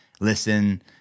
listen